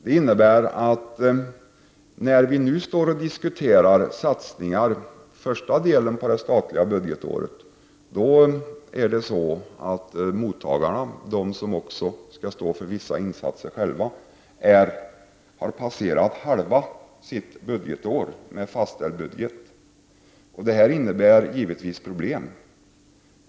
Detta innebär att när vi nu diskuterar satsningar för den första delen av det statliga budgetåret, har mottagarna passerat halva deras budgetår med fastställd budget, dvs. de som skall stå för vissa insatser själva. Det innebär givetvis problem.